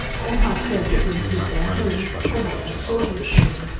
or how further to improve their home, or what the store was doing.